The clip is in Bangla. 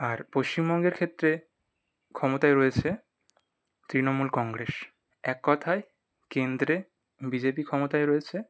আর পশ্চিমবঙ্গের ক্ষেত্রে ক্ষমতায় রয়েছে তৃণমূল কংগ্রেস এক কথায় কেন্দ্রে বিজেপি ক্ষমতায় রয়েছে